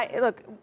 look